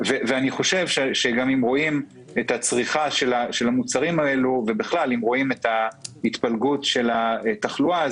אם רואים את הצריכה של המוצרים האלה ואת ההתפלגות של התחלואה,